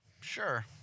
Sure